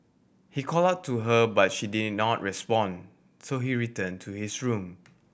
he called out to her but she did not respond so he returned to his room